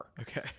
Okay